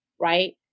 right